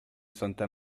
santa